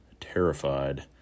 terrified